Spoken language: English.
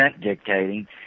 dictating